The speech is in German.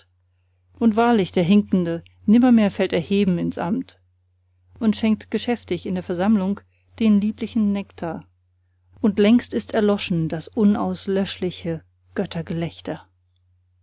und wahrlich der hinkende nimmermehr fällt er heben ins amt und schenkt geschäftig in der versammlung den lieblichen nektar und längst ist erloschen das unauslöschliche